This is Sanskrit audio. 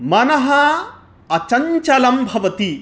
मनः अचञ्चलं भवति